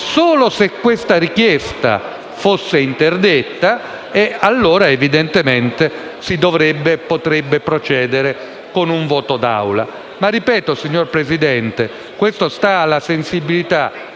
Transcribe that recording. Ma ripeto, signor Presidente, questo sta alla sensibilità